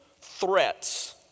threats